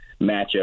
matchup